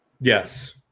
yes